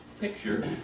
picture